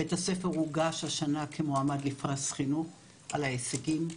בית הספר הוגש השנה כמועמד לפרס חינוך על ההישגים.